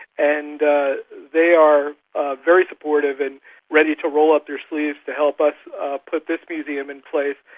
and they are ah very supportive and ready to roll up their sleeves to help us put this museum in place.